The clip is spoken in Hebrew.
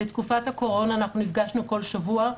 בתקופת הקורונה אנחנו נפגשנו כל שבוע.